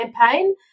campaign